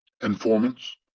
informants